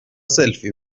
سلفی